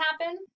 happen